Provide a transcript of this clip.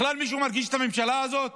בכלל, מישהו מרגיש את הממשלה הזאת?